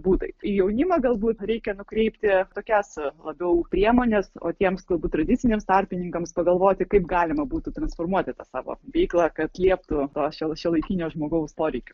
būdai jaunimą galbūt reikia nukreipti tokias labiau priemones o tiems galbūt tradiciniams tarpininkams pagalvoti kaip galima būtų transformuoti tą savo veiklą kad atlieptų tuos šiuo šiuolaikinio žmogaus poreikius